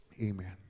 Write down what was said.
Amen